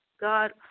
God